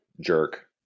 jerk